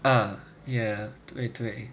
ah ya 对对